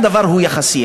הדבר הוא יחסי,